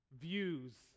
views